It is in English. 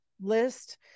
list